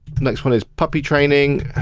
the next one is puppy training.